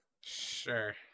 Sure